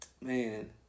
man